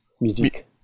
Musique